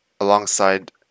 alongside